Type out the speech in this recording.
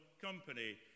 company